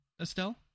Estelle